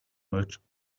merchant